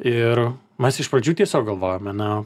ir mes iš pradžių tiesiog galvojome na